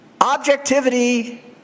Objectivity